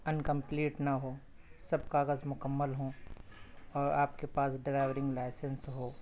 ان complete نہ ہو سب کاغذ مکمل ہوں اور آپ کے پاس ڈرائیورنگ لائسنس ہو